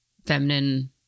Feminine